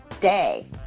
day